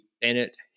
Bennett